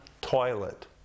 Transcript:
toilet